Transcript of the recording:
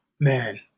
Man